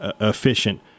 efficient